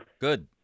Good